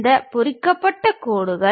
இவை பொறிக்கப்பட்ட கோடுகள்